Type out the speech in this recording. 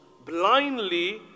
blindly